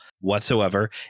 whatsoever